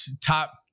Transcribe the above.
top